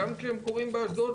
גם כשהם קורים באשדוד,